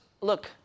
look